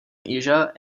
asia